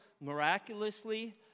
miraculously